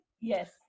yes